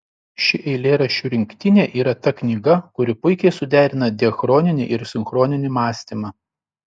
ši eilėraščių rinktinė yra ta knyga kuri puikiai suderina diachroninį ir sinchroninį mąstymą